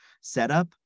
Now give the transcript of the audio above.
setup